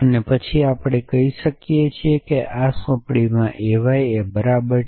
અને પછી આપણે કહી શકીએ કે આ સોંપણીમાં ay એ બરાબર છે